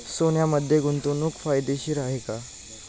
सोन्यामध्ये गुंतवणूक फायदेशीर आहे का?